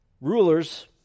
Rulers